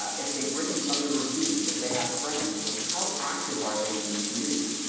if they've written other reviews, if they have friends, like how active are they in the community.